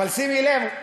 אבל שימי לב,